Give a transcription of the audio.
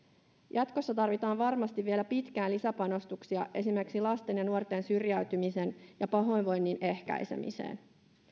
jatkossa tarvitaan varmasti vielä pitkään lisäpanostuksia esimerkiksi lasten ja nuorten syrjäytymisen ja pahoinvoinnin ehkäisemiseen